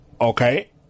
Okay